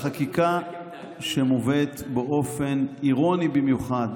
החקיקה שמובאת באופן אירוני במיוחד